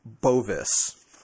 Bovis